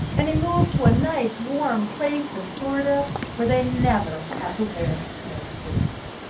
and he moved to a nice, warm place in florida where they never had to wear snowsuits.